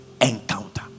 encounter